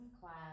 class